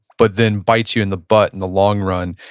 but then bites you in the butt in the long run.